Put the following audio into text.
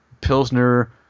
pilsner